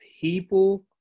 People